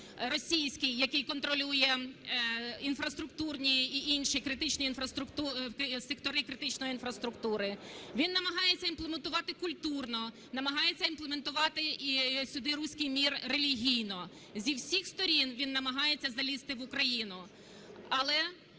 російський, який контролює інфраструктурні та інші критичні інфраструктурні… сектори критичної інфраструктури. Він намагається імплементувати культурно, намагається імплементувати сюди "руський мір" релігійно. Зі всіх сторін він намагається залізти в Україну. Але